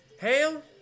Hail